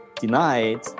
denied